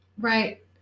Right